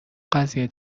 قضیه